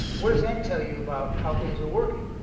what does that tell you about how things are working?